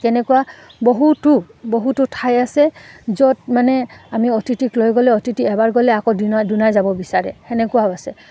তেনেকুৱা বহুতো বহুতো ঠাই আছে য'ত মানে আমি অতিথিক লৈ গ'লে অতিথি এবাৰ গ'লে আকৌ দুনা দুনাই যাব বিচাৰে তেনেকুৱাও আছে